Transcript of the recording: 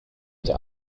der